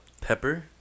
pepper